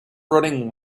running